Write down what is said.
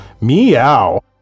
Meow